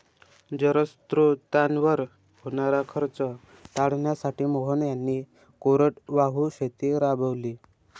जलस्रोतांवर होणारा खर्च टाळण्यासाठी मोहन यांनी कोरडवाहू शेती राबवली